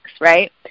right